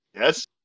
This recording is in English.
yes